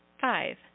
five